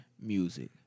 music